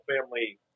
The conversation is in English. family